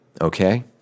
okay